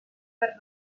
per